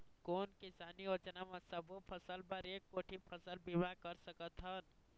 कोन किसानी योजना म सबों फ़सल बर एक कोठी फ़सल बीमा कर सकथन?